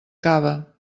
cava